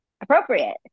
appropriate